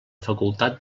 facultat